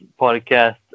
podcast